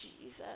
Jesus